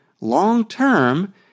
long-term